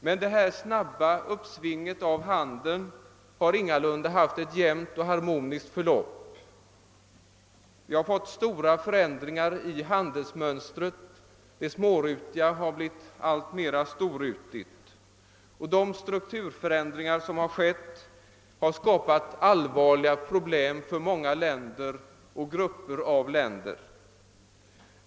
Men det snabba uppsvinget av handeln har ingalunda haft ett jämnt och harmoniskt förlopp. Vi har fått stora förändringar i handelsmönstret — det smårutiga har blivit alltmer storrutigt. Strukturförändringarna har skapat många allvarliga problem för enskilda länder och grupper av länder.